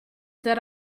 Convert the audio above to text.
that